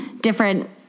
different